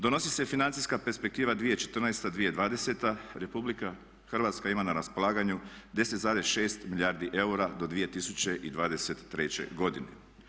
Donosi se financijska perspektiva 2014.-2020., RH ima na raspolaganju 10,6 milijardi eura do 2023. godine.